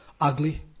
ugly